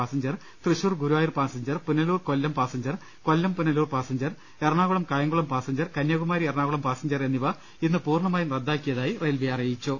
passenger Thrissur Guruvayur passenger Punalur Kollam passenger Kollam Punalur passenger Ernakulam Kayamkulam passenger Kanyakumari Ernakulam passenger എന്നിവ ഇന്ന് പൂർണ്ണമായും റദ്ദാക്കിയതായി റെയിൽവെ അറിയിച്ചു